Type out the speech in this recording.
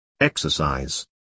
Exercise